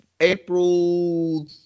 April